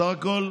בסך הכול,